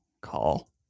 call